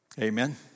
Amen